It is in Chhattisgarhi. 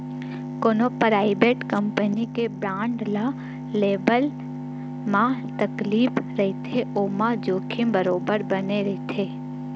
कोनो पराइबेट कंपनी के बांड ल लेवब म तकलीफ रहिथे ओमा जोखिम बरोबर बने रथे